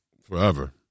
forever